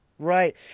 Right